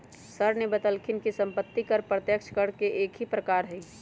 sir ने बतल खिन कि सम्पत्ति कर प्रत्यक्ष कर के ही एक प्रकार हई